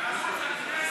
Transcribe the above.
בערוץ הכנסת?